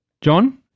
John